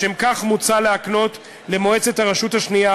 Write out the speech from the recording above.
לשם כך מוצע להקנות למועצת הרשות השנייה